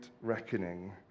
reckoning